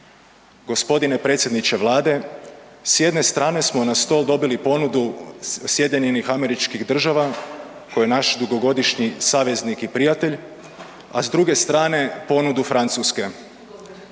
Gospodine predsjedniče Vlade s jedne strane smo na stol dobili ponudu SAD-a koja je naš dugogodišnji saveznik i prijatelj, a s druge strane ponudu Francuske.